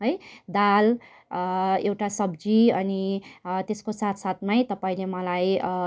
है दाल एउटा सब्जी अनि त्यसको साथसाथमै तपाईँले मलाई